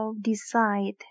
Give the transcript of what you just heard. decide